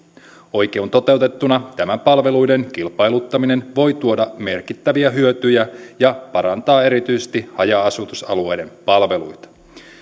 oikein toteutettuna tämä palveluiden kilpailuttaminen voi tuoda merkittäviä hyötyjä ja parantaa erityisesti haja asutusalueiden palveluita